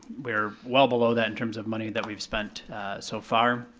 we're well below that in terms of money that we've spent so far.